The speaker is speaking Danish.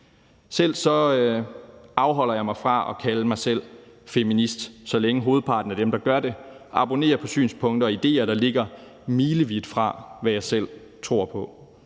Selv afholder jeg mig fra at kalde mig feminist, så længe hovedparten af dem, der gør det, abonnerer på synspunkter og idéer, der ligger milevidt fra, hvad jeg selv tror på.